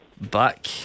back